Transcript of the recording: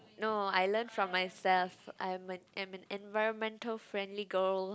no I learn from myself I'm an environmental friendly girl